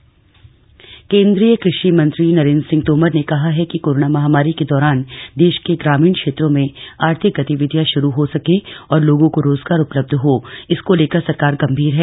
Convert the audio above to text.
कृषि मंत्री बैठक केन्द्रीय कृषि मंत्री नरेन्द्र सिंह तोमर ने कहा है कि कोरोना महामारी के दौरान देश के ग्रमीण क्षेत्रों में आर्थिक गतिविधियां शुरू हो सकें और लोगों को रोजगार उपलब्ध हो इसको लेकर सरकार गंभीर है